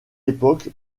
époque